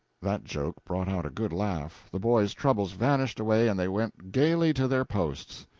that joke brought out a good laugh, the boys' troubles vanished away, and they went gaily to their posts.